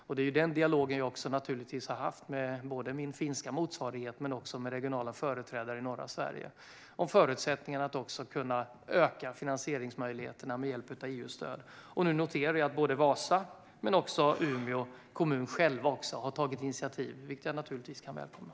Jag har haft en dialog både med min finska motsvarighet och med regionala företrädare i norra Sverige om förutsättningarna att kunna öka finansieringsmöjligheterna med hjälp av EU-stöd. Jag noterar att både Vasa och Umeå kommun har tagit initiativ själva, vilket jag välkomnar.